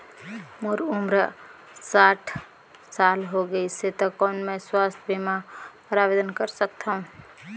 मोर उम्र साठ साल हो गे से त कौन मैं स्वास्थ बीमा बर आवेदन कर सकथव?